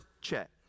Check